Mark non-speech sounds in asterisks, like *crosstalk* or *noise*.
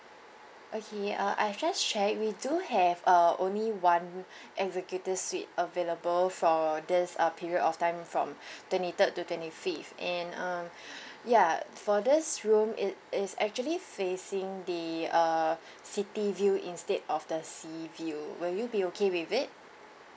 okay uh I've just checked we do have uh only one executive suite available for this uh period of time from *breath* twenty third to twenty fifth and um *breath* ya for this room it is actually facing the uh city view instead of the sea view will you be okay with it